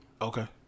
Okay